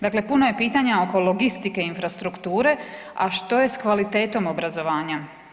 Dakle, puno je pitanje oko logistike infrastrukture, a što je s kvalitetom obrazovanja?